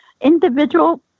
individual